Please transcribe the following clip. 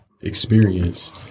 experience